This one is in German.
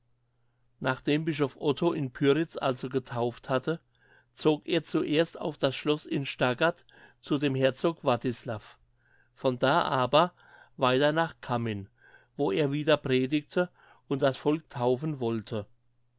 nachdem bischof otto in pyritz also getauft hatte zog er zuerst auf das schloß in stargard zu dem herzog wartislav von da aber weiter nach cammin wo er wieder predigte und das volk taufen wollte